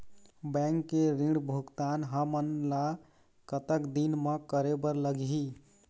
Bank के ऋण भुगतान हमन ला कतक दिन म करे बर लगही?